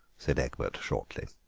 said egbert shortly.